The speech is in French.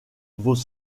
vos